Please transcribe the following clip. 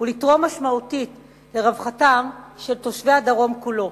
ולתרום משמעותית לרווחתם של תושבי הדרום כולו.